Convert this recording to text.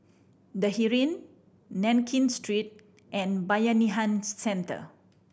The Heeren Nankin Street and Bayanihan Centre